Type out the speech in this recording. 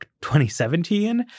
2017